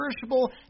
perishable